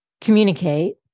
communicate